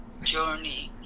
journey